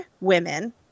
women